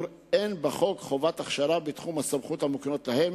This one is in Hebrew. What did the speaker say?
אין בחוק חובת הכשרה בתחום הסמכויות המוקנות להם,